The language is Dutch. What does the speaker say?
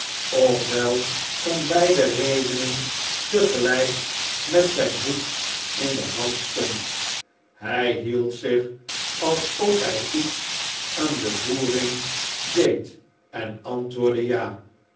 wel om beide redenen tegelijk met zijn hoed in de hand stond hij hield zich alsof hij iets aan de voering deed en antwoordde ja